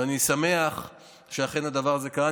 ואני שמח שאכן הדבר הזה קרה.